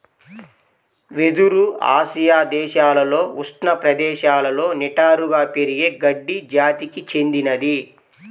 వెదురు ఆసియా దేశాలలో ఉష్ణ ప్రదేశాలలో నిటారుగా పెరిగే గడ్డి జాతికి చెందినది